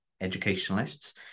educationalists